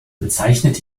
bezeichnete